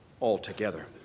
altogether